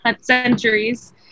centuries